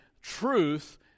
truth